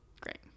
Great